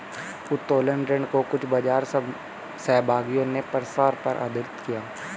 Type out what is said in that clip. उत्तोलन ऋण को कुछ बाजार सहभागियों ने प्रसार पर आधारित किया